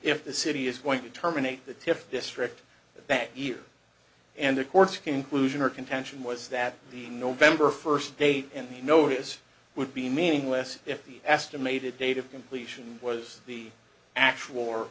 if the city is going to terminate the tift district that year and the courts conclusion or contention was that the november first date in the notice would be meaningless if the estimated date of completion was the actual